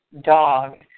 dog